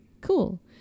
cool